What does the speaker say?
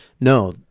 No